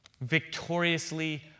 victoriously